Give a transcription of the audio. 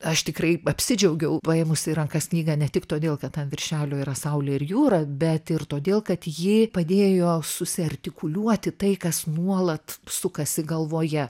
aš tikrai apsidžiaugiau paėmusi į rankas knygą ne tik todėl kad ant viršelio yra saulė ir jūra bet ir todėl kad ji padėjo susiartikuliuoti tai kas nuolat sukasi galvoje